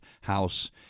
House